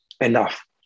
enough